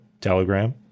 Telegram